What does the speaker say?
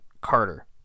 Carter